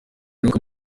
n’uko